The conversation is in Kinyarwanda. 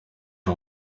ari